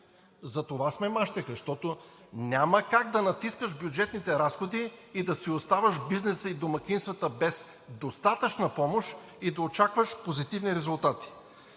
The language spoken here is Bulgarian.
Затова сме мащеха, защото няма как да натискаш бюджетните разходи, да си оставяш бизнеса и домакинствата без достатъчна помощ и да очакваш позитивни резултати.